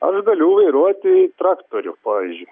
aš galiu vairuoti traktorių pavyzdžiui